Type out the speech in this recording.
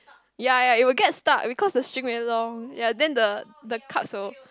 ye ye it will get stuck because the string along ye then the the cup so